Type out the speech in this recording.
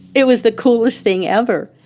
it was the coolest thing ever.